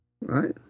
right